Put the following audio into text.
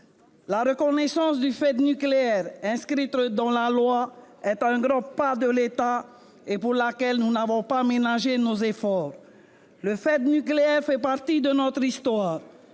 La reconnaissance du fait nucléaire, inscrite dans la loi, est un grand pas de l'État, pour lequel nous n'avons pas ménagé nos efforts. Le fait nucléaire fait partie de notre histoire.